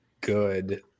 good